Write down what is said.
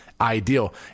ideal